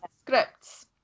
scripts